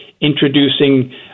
introducing